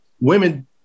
Women